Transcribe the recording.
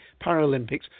Paralympics